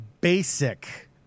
basic